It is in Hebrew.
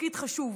תפקיד חשוב: